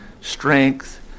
strength